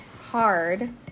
hard